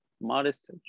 modest